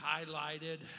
highlighted